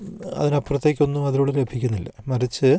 അതിനപ്പുറത്തേക്ക് ഒന്നും അതിലൂടെ ലഭിക്കുന്നില്ല മറിച്ചു